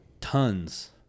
tons